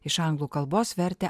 iš anglų kalbos vertė